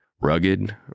Rugged